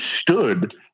stood